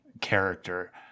character